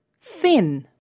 thin